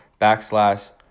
backslash